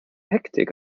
hektik